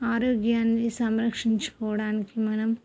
ఆరోగ్యాన్ని సంరక్షించుకోవడానికి మనం